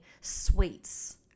sweets